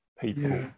people